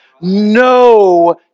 No